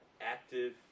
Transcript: active